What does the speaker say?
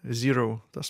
zyrau tos